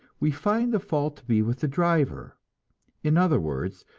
we find the fault to be with the driver in other words,